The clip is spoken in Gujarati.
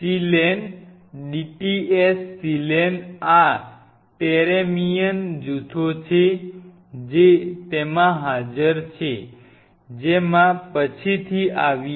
સિલેન dts સિલેન આ ટેરેમિયન જૂથો છે જે તેમાં હાજર છે જેમાં પછીથી આવીએ